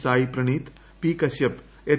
Sai Praneeth P Kashyap H